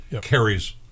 carries